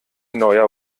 neuer